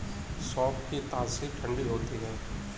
सौंफ की तासीर ठंडी होती है